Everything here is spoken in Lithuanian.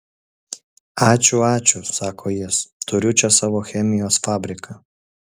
ačiū ačiū sako jis turiu čia savo chemijos fabriką